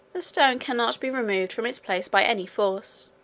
the stone cannot be removed from its place by any force,